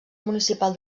municipal